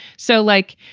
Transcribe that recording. so, like,